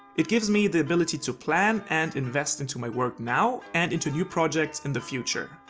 it gives me the ability to plan and invest into my work now and into new projects in the future.